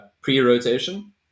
pre-rotation